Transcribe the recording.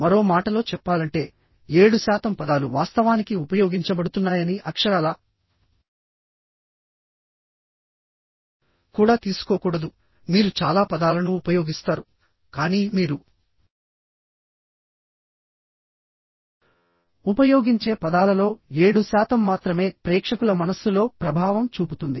మరో మాటలో చెప్పాలంటే7 శాతం పదాలు వాస్తవానికి ఉపయోగించబడుతున్నాయని అక్షరాలా కూడా తీసుకోకూడదు మీరు చాలా పదాలను ఉపయోగిస్తారుకానీ మీరు ఉపయోగించే పదాలలో 7 శాతం మాత్రమే ప్రేక్షకుల మనస్సులో ప్రభావం చూపుతుంది